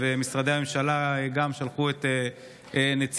וגם משרדי הממשלה שלחו את נציגיהם.